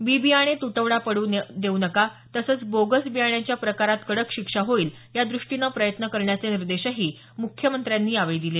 बी बियाणे तुटवडा पडू देऊ नका तसंच बोगस बियाणाच्या प्रकारात कडक शिक्षा होईल या द्रष्टीनं प्रयत्न करण्याचे निर्देशही त्यांनी बैठकीत दिले